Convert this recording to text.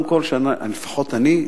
לפחות אני,